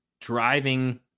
driving